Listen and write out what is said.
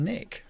Nick